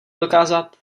dokázat